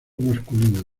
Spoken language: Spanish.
masculino